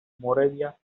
moravia